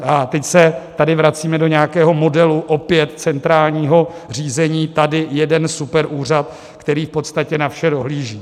A teď se tady vracíme opět do nějakého modelu centrálního řízení, tady jeden superúřad, který v podstatě na vše dohlíží.